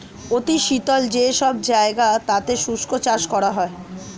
অতি শীতল যে সব জায়গা তাতে শুষ্ক চাষ করা হয়